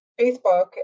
facebook